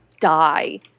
die